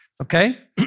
okay